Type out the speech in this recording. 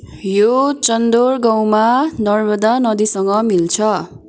यो चन्दोड गाउँमा नर्मदा नदीसँग मिल्छ